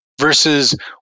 versus